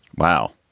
wow.